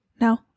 No